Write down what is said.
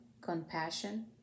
compassion